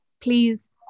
Please